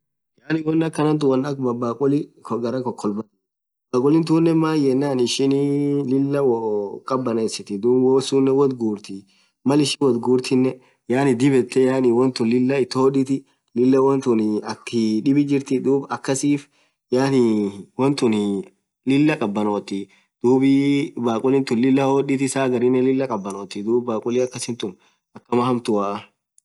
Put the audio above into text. Yaani wonn akhanathu wonn akha bhabhakuli garra khokholbati bhakulitunen maaenan yaani ishin Lilah woo khabanesithi dhub wonn sunnen woth ghurthi Mal ishin woth ghurthinen yaani dhib yethe yaani wontun Lilah ithi hodhithi Lilah wontun akha dhibi jirthi akhasif yaani wontuniii Lilah khabanotthi dhubii bhakhuli tun Lilah hodhiti saa hagharinen Lilah khabanothi dhub bhakhuli akasithun akamaaa hamtua